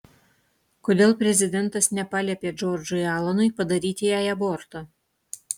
kodėl prezidentas nepaliepė džordžui alanui padaryti jai aborto